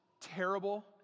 terrible